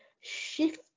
shift